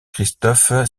christophe